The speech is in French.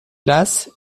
place